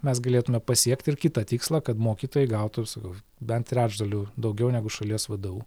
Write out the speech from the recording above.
mes galėtume pasiekt ir kitą tikslą kad mokytojai gautų sakau bent trečdaliu daugiau negu šalies vadou